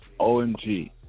OMG